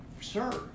Sir